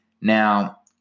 Now